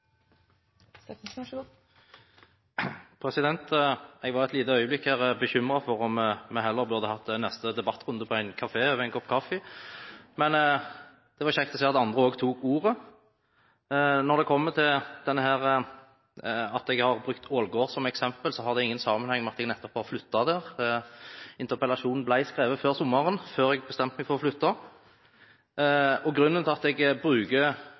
debattrunde på en kafé over en kopp kaffe, men det var kjekt å se at andre også tok ordet. Når det kommer til at jeg har brukt Ålgård som eksempel, har det ingen sammenheng med at jeg nettopp har flyttet dit. Interpellasjonen ble skrevet før sommeren, før jeg bestemte meg for å flytte. Grunnen til at jeg bruker